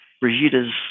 Brigitte's